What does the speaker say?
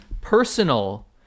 personal